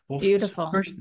Beautiful